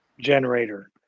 generator